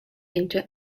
into